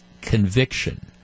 conviction